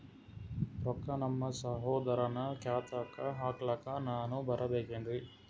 ರೊಕ್ಕ ನಮ್ಮಸಹೋದರನ ಖಾತಾಕ್ಕ ಹಾಕ್ಲಕ ನಾನಾ ಬರಬೇಕೆನ್ರೀ?